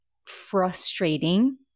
frustrating